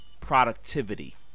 productivity